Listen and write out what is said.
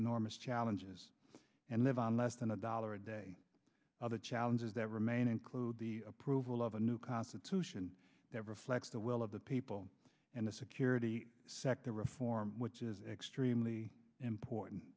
enormous challenges and live on less than a dollar a day of the challenges that remain include the approval of a new constitution that reflects the will of the people and the security sector reform which is extremely important